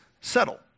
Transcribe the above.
settle